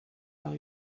all